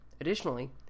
Additionally